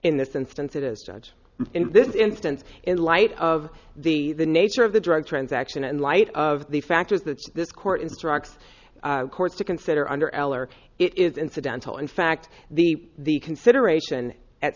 in this instance it is judge in this instance in light of the the nature of the drug transaction in light of the factors that this court instructs courts to consider under l or it is incidental in fact the the consideration at